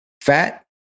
fat